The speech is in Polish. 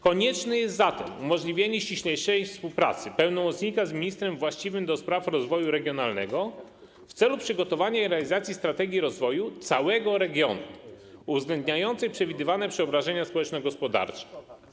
Konieczne jest zatem umożliwienie ściślejszej współpracy pełnomocnika z ministrem właściwym do spraw rozwoju regionalnego w celu przygotowania i realizacji strategii rozwoju całego regionu uwzględniającej przewidywane przeobrażenia społeczno-gospodarcze.